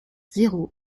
zéro